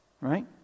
Right